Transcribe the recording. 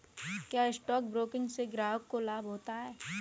क्या stock broking से ग्राहक को लाभ होता है?